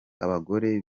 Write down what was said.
abagore